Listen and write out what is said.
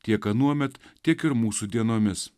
tiek anuomet tiek ir mūsų dienomis